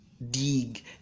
dig